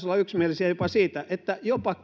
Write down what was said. olla yksimielisiä jopa siitä että jopa